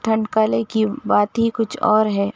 ٹھنڈ کالے کی بات ہی کچھ اور ہے